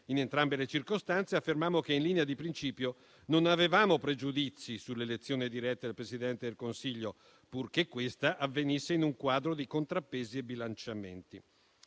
In entrambe le circostanze affermammo che, in linea di principio, non avevamo pregiudizi sull'elezione diretta del Presidente del Consiglio, purché questa avvenisse in un quadro di contrappesi e bilanciamenti.